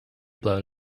blown